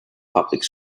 public